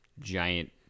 giant